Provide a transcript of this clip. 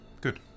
Good